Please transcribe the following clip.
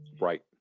Right